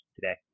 today